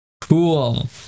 Cool